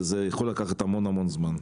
זה יכול לקחת המון המון זמן.